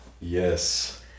Yes